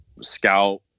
scout